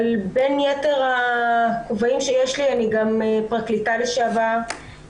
אבל בין יתר הכובעים שיש לי אני גם פרקליטה לשעבר.